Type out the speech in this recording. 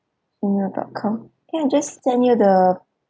Gmail dot com can I just send you the